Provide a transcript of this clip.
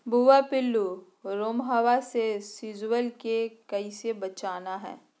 भुवा पिल्लु, रोमहवा से सिजुवन के कैसे बचाना है?